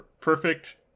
perfect